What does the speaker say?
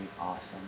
awesome